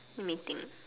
let me think